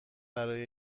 برای